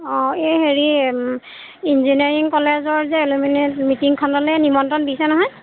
অঁ এই হেৰি ইঞ্জিনিয়াৰিং কলেজৰ যে এলুমিনি মিটিঙখনলৈ নিমন্ত্ৰণ দিছে নহয়